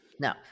No